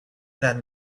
then